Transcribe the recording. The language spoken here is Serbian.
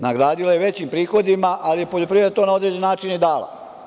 Nagradila je većim prihodima, ali je poljoprivreda na određeni način to i dala.